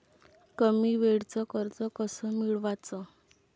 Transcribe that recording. कमी वेळचं कर्ज कस मिळवाचं?